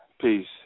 Peace